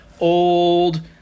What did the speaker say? old